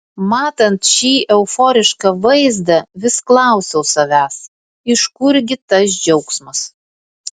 matant šį euforišką vaizdą vis klausiau savęs iš kur gi tas džiaugsmas